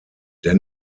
der